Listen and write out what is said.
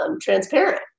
transparent